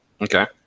Okay